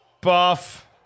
Buff